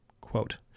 Quote